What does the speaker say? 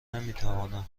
نمیتوانند